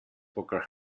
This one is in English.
poker